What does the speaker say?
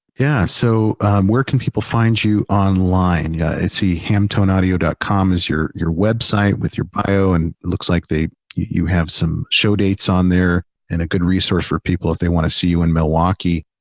yeah. so where can people find you online? yeah i see hamtoneaudio dot com is your your website with your bio and it looks like they, you have some show dates on there and a good resource for people if they wanna see you in milwaukee.